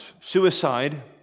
Suicide